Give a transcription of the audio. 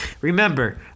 remember